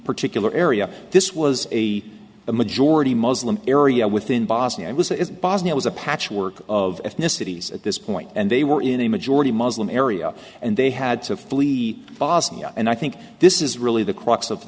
particular area this was a majority muslim area within bosnia it was as bosnia was a patchwork of ethnicities at this point and they were in a majority muslim area and they had to flee bosnia and i think this is really the crux of